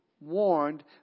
warned